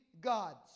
gods